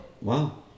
Wow